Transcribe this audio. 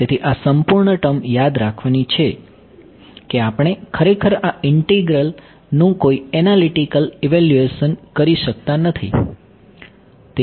તેથી આ સંપૂર્ણ ટર્મ યાદ રાખવાની છે કે આપણે ખરેખર આ ઇન્ટિગ્રલ નું કોઈ એનાલીટીક ઇવેલ્યુએશન કરી શકતા નથી